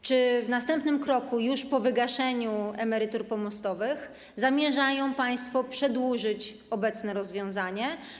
Czy w następnym kroku, już po wygaszeniu emerytur pomostowych, zamierzają państwo przedłużyć obecne rozwiązanie?